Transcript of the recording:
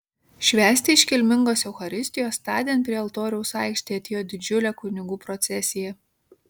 švęsti iškilmingos eucharistijos tądien prie altoriaus aikštėje atėjo didžiulė kunigų procesija